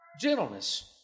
gentleness